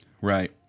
Right